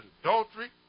adultery